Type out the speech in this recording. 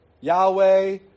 Yahweh